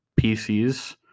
PCs